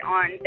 on